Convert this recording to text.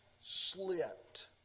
slipped